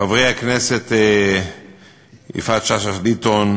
חברי הכנסת יפעת שאשא ביטון,